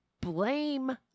blame